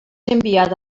enviada